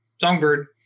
Songbird